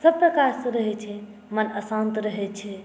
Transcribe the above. सभ प्रकारसँ रहैत छै मोन अशान्त रहैत छै